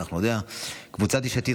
אנחנו נודיע: קבוצת סיעת יש עתיד,